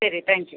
ശരി thank you